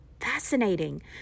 fascinating